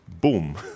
Boom